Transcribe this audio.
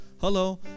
hello